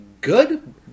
good